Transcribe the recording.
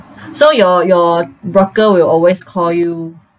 so your your broker will always call you